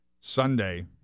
Sunday